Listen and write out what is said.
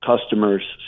customers